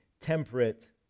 temperate